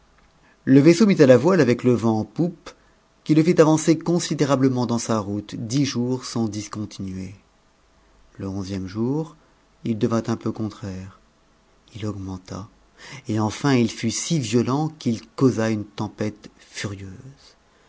le vaisseau mit à la voile avec le vent en poupe qui le fit avancer considérablement dans sa route dix jours sans discoutinuer le onzième jour il devint un peu contraire il augmenta et enfin il fut si violent qu'il causa une tempête furieuse